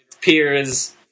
peers